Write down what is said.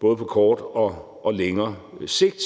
både på kort og på længere sigt.